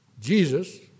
Jesus